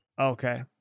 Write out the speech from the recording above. Okay